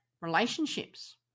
relationships